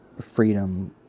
Freedom